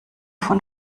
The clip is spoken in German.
von